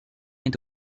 est